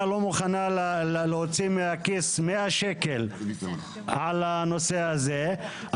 לא מוכנה להוציא מהכיס 100 שקל על הנושא הזה,